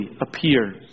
appear